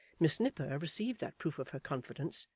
miss nipper received that proof of her confidence,